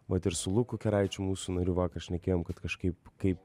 vat ir su luku keraičiu mūsų nariu vakar šnekėjom kad kažkaip kaip